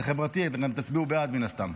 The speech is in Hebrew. סליחה.